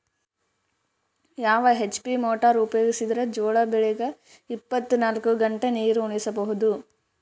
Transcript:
ಯಾವ HP motor ಉಪಯೋಗಿಸಿದರ ಜೋಳ ಬೆಳಿಗ ಇಪ್ಪತ ನಾಲ್ಕು ಗಂಟೆ ನೀರಿ ಉಣಿಸ ಬಹುದು?